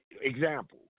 example